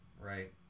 Right